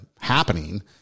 happening